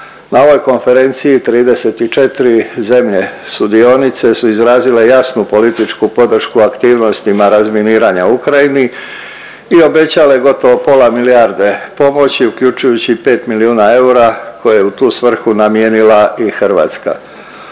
Na ovoj konferenciji 34 zemlje sudionice su izrazile jasnu političku podršku aktivnosti razminiranja u Ukrajini i obećale gotovo pola milijarde pomoći uključujući i 5 milijuna eura koje je u tu svrhu namijenila i Hrvatska.